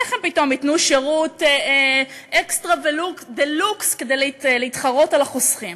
איך הם פתאום ייתנו שירות אקסטרה דה-לוקס כדי להתחרות על החוסכים.